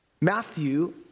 Matthew